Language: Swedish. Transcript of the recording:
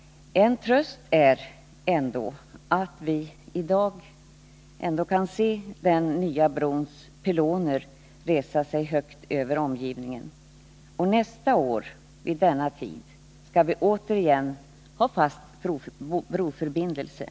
En tröst är att vi i dag kan se den nya brons pyloner resa sig högt över omgivningen, och nästa år vid denna tid skall vi återigen ha en fast broförbindelse.